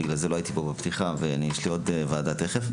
בגלל זה לא הייתי פה בפתיחה ויש לי עוד ועדה תיכף.